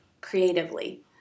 creatively